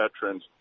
veteran's